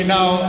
now